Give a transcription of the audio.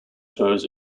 shows